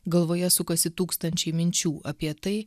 galvoje sukasi tūkstančiai minčių apie tai